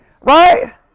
Right